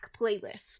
Playlist